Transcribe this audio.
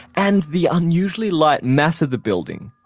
and the unusually light mass of the building.